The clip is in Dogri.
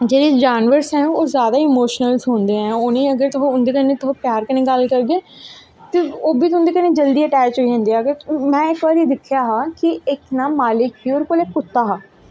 जेह्ड़े जानवर ऐं ओह् जादा इमोशन्लस होंदे ऐं उंदे कन्नैं तुस प्यार कन्नैं गल्ल करगे ते ओह् बी तुंदे कन्नैं जल्दी अटैच होई जंदे ऐं ते में इक बारी दिक्खेआ हा कि ना नाली त कुत्ता हा